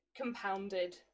compounded